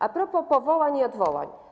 A propos powołań i odwołań.